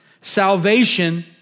Salvation